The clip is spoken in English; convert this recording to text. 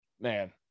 man